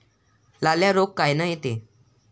लाल्या रोग कायनं येते?